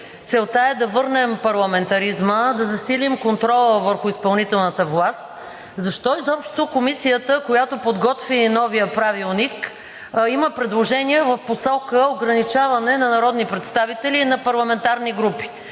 целта е да върнем парламентаризма, да засилим контрола върху изпълнителната власт – защо изобщо Комисията, която подготви новия Правилник, има предложение в посока ограничаване на народните представители и на парламентарни групи,